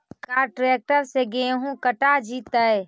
का ट्रैक्टर से गेहूं कटा जितै?